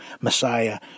Messiah